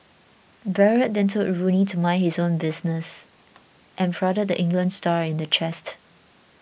Barrett then told Rooney to mind his own business and prodded the England star in the chest